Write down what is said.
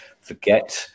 forget